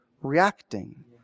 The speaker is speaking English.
reacting